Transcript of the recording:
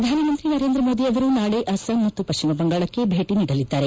ಪ್ರಧಾನಮಂತ್ರಿ ನರೇಂದ್ರ ಮೋದಿ ಅವರು ನಾಳೆ ಅಸ್ಲಾಂ ಮತ್ತು ಪಶ್ಚಿಮ ಬಂಗಾಳಕ್ಕೆ ಭೇಟಿ ನೀಡಲಿದ್ದಾರೆ